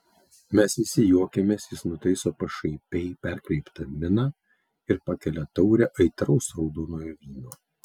mes visi juokiamės jis nutaiso pašaipiai perkreiptą miną ir pakelia taurę aitraus raudonojo vyno